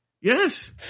Yes